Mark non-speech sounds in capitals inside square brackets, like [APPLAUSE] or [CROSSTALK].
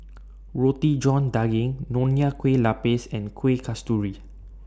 [NOISE] Roti John Daging Nonya Kueh Lapis and Kuih Kasturi